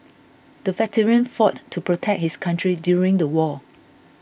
the veteran fought to protect his country during the war